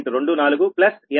44 Pg0